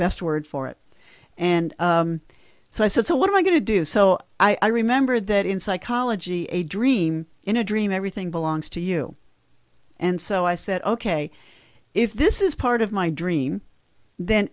best word for it and so i said so what am i going to do so i remember that in psychology a dream in a dream everything belongs to you and so i said ok if this is part of my dream then